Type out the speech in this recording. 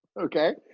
Okay